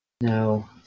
no